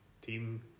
team